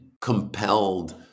compelled